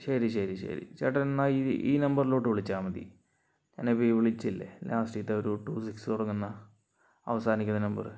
ശരി ശരി ശരി ചേട്ടനെന്നാൽ ഈ നമ്പറിലോട്ട് വിളിച്ചാൽ മതി ഞാനിപ്പോൾ ഈ വിളിച്ചില്ലേ ലാസ്റ്റിൽത്തെ ഒരു ടു സിക്സ് തുടങ്ങുന്ന അവസാനിക്കുന്ന നമ്പറ്